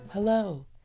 Hello